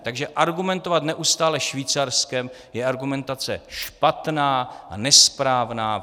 Takže argumentovat neustále Švýcarskem, je argumentace špatná a nesprávná.